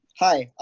hi.